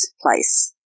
place